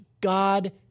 God